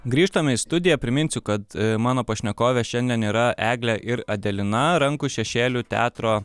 grįžtame į studiją priminsiu kad mano pašnekovė šiandien yra eglė ir adelina rankų šešėlių teatro